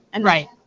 Right